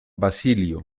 basilio